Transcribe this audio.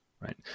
right